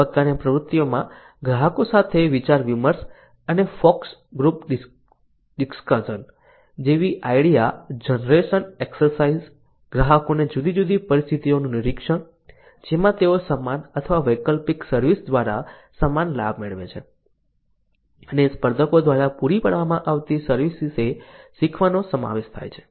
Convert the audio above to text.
આ તબક્કાની પ્રવૃત્તિઓમાં ગ્રાહકો સાથે વિચાર વિમર્શ અને ફોકસ ગ્રુપ ડિસ્કશન જેવી આઇડિયા જનરેશન એક્સરસાઇઝ ગ્રાહકોને જુદી જુદી પરિસ્થિતિઓનું નિરીક્ષણ જેમાં તેઓ સમાન અથવા વૈકલ્પિક સર્વિસ દ્વારા સમાન લાભ મેળવે છે અને સ્પર્ધકો દ્વારા પૂરી પાડવામાં આવતી સર્વિસ વિશે શીખવાનો સમાવેશ થાય છે